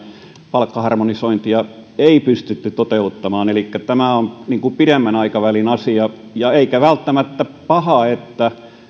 palkkaharmonisointia ei pystytty toteuttamaan elikkä tämä on pidemmän aikavälin asia eikä ole välttämättä paha että